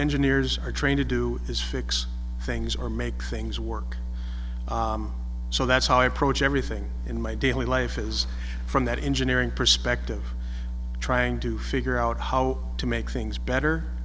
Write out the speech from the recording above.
engineers are trying to do is fix things or make things work so that's how i approach everything in my daily life is from that engineering perspective trying to figure out how to make things better